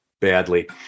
badly